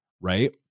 Right